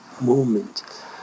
moment